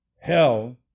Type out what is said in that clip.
hell